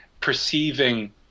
perceiving